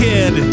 Kid